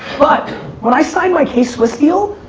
but when i signed my k-swiss deal,